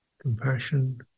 compassion